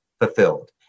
fulfilled